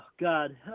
god